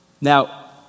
Now